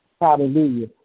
Hallelujah